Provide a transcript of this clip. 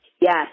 Yes